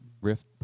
Rift